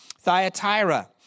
Thyatira